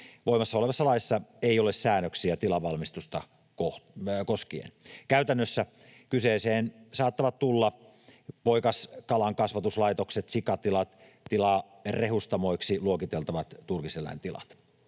Voimassa olevassa laissa ei ole säännöksiä tilavalmistusta koskien. Käytännössä kyseeseen saattavat tulla poikaskalankasvatuslaitokset, sikatilat ja tilarehustamoiksi luokiteltavat turkiseläintilat.